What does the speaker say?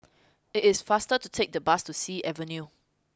it is faster to take the bus to Sea Avenue